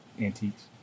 antiques